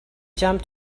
jump